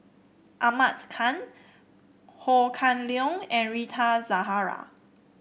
Ahmad Khan Ho Kah Leong and Rita Zahara